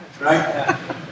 Right